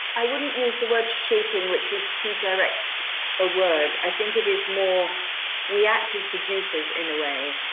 i wouldn't use the word shaping, which is to direct a word. i think it is more we act as producers in a way.